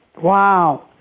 Wow